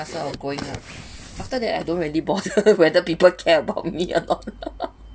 I thought of going lah after that I don't really bother whether people care about me or not